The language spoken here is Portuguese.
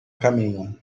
caminho